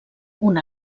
una